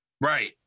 Right